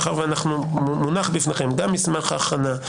מאחר שמונח בפניכם גם מסמך ההכנה,